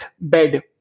bed